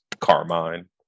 Carmine